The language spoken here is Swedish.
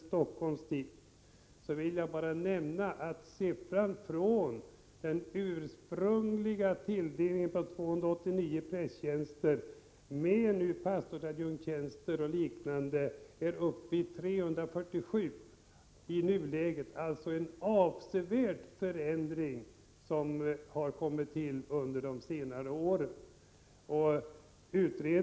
Helsingforss stift vill jag bara nämna att den ursprungliga tilldelningen var 289 prästtjänster med pastorsadjunkttjänster och liknande. Den siffran är nu uppe i 347 tjänster. Det är alltså en avsevärd förändring som skett under de senare åren.